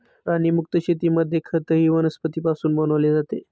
प्राणीमुक्त शेतीमध्ये खतही वनस्पतींपासून बनवले जाते